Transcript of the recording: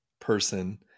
person